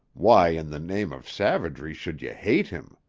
why, in the name of savagery, should you hate him?